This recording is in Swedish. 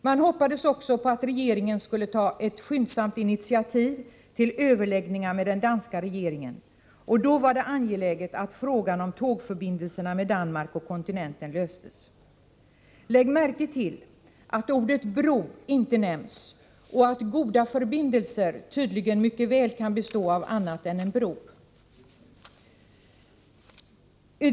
Man hoppades också på att regeringen skulle ta ett skyndsamt initiativ till överläggningar med den danska regeringen, och då var det angeläget att frågan om tågförbindelserna med Danmark och kontinenten löstes. Lägg märke till att ordet bro inte nämns och att goda förbindelser tydligen mycket väl kan bestå av annat än en bro.